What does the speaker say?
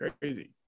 Crazy